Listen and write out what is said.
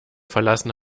verlassen